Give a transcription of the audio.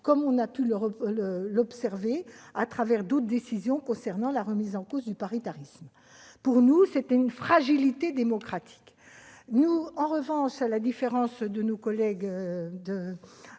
comme on a pu l'observer à travers d'autres décisions concernant le paritarisme. Pour nous, c'est une fragilité démocratique. En revanche, à la différence de nos collègues